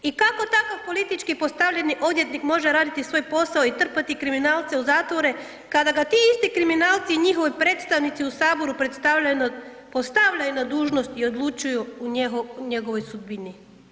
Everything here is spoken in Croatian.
I kako takav politički postavljeni odvjetnik može raditi svoj posao i trpati kriminalce u zatvore kada ga ti isti kriminalci i njihovi predstavnici u Saboru postavljaju na dužnost i odlučuju o njegovoj sudbini.